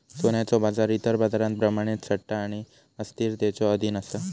सोन्याचो बाजार इतर बाजारांप्रमाणेच सट्टा आणि अस्थिरतेच्यो अधीन असा